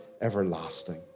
everlasting